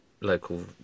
local